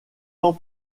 ans